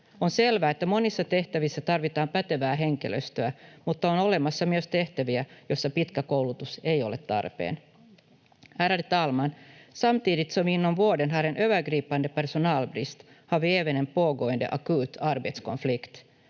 On selvää, että monissa tehtävissä tarvitaan pätevää henkilöstöä, mutta on olemassa myös tehtäviä, joissa pitkä koulutus ei ole tarpeen. Ärade talman! Samtidigt som vi inom vården har en övergripande personalbrist har vi även en